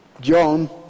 John